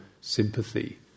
sympathy